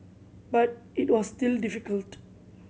but it was still difficult